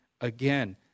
again